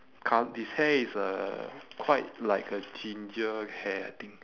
his hair is uh quite like a ginger hair I think